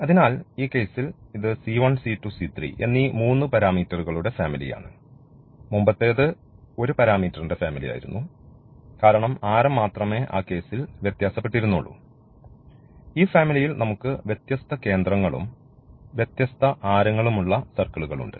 അതിനാൽ ഈ കേസിൽ ഇത് c1 c2 c3 എന്നീ മൂന്ന് പാരാമീറ്ററുകളുടെ ഫാമിലിയാണ് മുമ്പത്തേത് ഒരു പാരാമീറ്ററിന്റെ ഫാമിലി ആയിരുന്നു കാരണം ആരം മാത്രമേ ആ കേസിൽ വ്യത്യാസപ്പെട്ടിരുന്നുള്ളൂ ഈ ഫാമിലിയിൽ നമുക്ക് വ്യത്യസ്ത കേന്ദ്രങ്ങളും വ്യത്യസ്ത ആരങ്ങളും ഉള്ള സർക്കിളുകൾ ഉണ്ട്